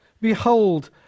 Behold